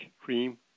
cream